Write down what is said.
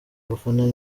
abafana